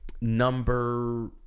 number